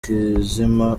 kizima